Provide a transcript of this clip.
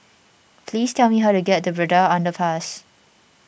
please tell me how to get to Braddell Underpass